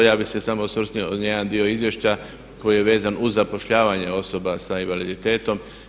Ja bi se samo osvrnuo na jedan dio izvješća koji je vezan uz zapošljavanje osoba sa invaliditetom.